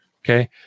okay